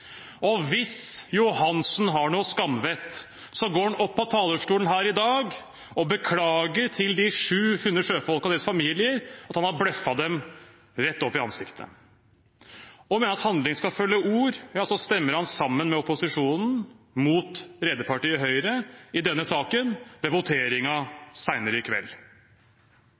Hvis Ørsal Johansen har noe skamvett, så går han opp på talerstolen her i dag og beklager til de 700 sjøfolkene og deres familier at han har bløffet dem rett opp i ansiktet. Og om han mener at handling skal følge ord, stemmer han sammen med opposisjonen mot rederpartiet Høyre i denne saken ved voteringen senere i kveld.